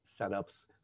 setups